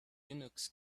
linux